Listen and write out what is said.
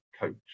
coach